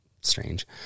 Strange